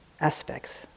aspects